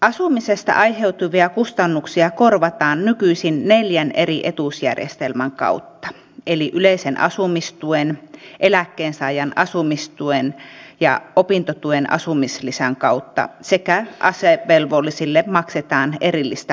asumisesta aiheutuvia kustannuksia korvataan nykyisin neljän eri etuusjärjestelmän kautta eli yleisen asumistuen eläkkeensaajan asumistuen ja opintotuen asumislisän kautta ja asevelvollisille maksetaan erillistä asumisavustusta